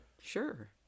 sure